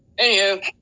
Anywho